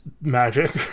magic